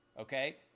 okay